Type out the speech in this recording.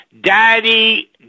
Daddy